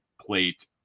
plate